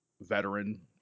veteran